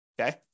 okay